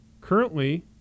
Currently